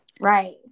Right